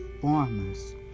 farmers